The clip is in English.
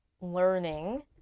learning